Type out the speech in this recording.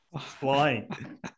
Flying